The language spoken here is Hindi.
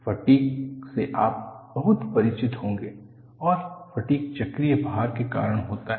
फटीग से आप बहुत परिचित होंगे और फटीग चक्रीय भार के कारण होता है